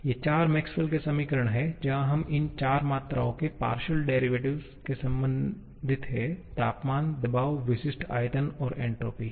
ये चार मैक्सवेल के समीकरण Maxwells equations हैं जहां हम इन चार मात्राओं के पार्शियल डेरिवेशन से संबंधित हैं तापमान दबाव विशिष्ट आयतन और एन्ट्रापी